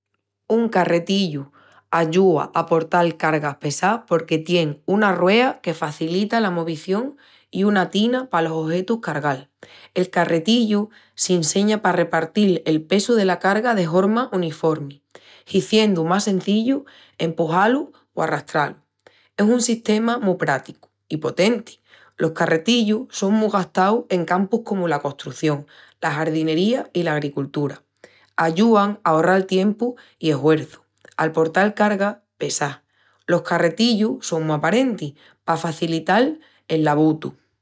Un carretillu ayúa a portal cargas pessás porque tien una ruea que facilita la movicion i una tina palos ojetus cargal. El carretillu s'inseña pa repartil el pesu dela carga de horma uniformi, hiziendu más sencillu empuxá-lu o arrastrá-lu. Es un sistema mu práticu i potenti! Los carretillus son mu gastaus en campus comu la costrución, la jardinería i la agricultura. Ayúan a ahorral tiempu i eshuerçu al portal cargas pessás. Los carretillus son mu aparentis pa faciiltal el labutu!